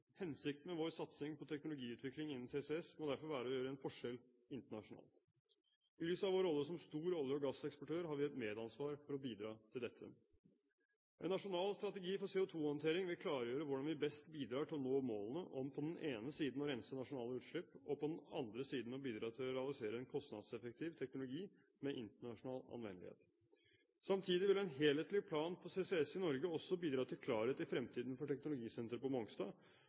Hensikten med vår satsing på teknologiutvikling innen CCS må derfor være å gjøre en forskjell internasjonalt. I lys av vår rolle som en stor olje- og gasseksportør har vi et medansvar for å bidra til dette. En nasjonal strategi for CO2-håndtering vil klargjøre hvordan vi best bidrar til å nå målene om på den ene siden å rense nasjonale utslipp og på den andre siden å bidra til å realisere en kostnadseffektiv teknologi med internasjonal anvendelighet. Samtidig vil en helhetlig plan for CCS i Norge også bidra til klarhet i fremtiden for teknologisenteret på Mongstad,